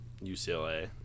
UCLA